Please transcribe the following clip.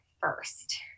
first